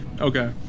okay